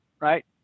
right